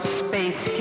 space